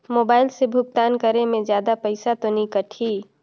Mobile से भुगतान करे मे जादा पईसा तो नि कटही?